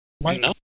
No